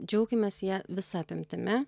džiaukimės ja visa apimtimi